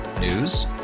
News